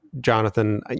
Jonathan